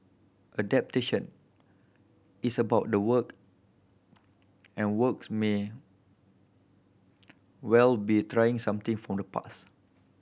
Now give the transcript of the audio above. adaptation is about the work and works may well be trying something from the past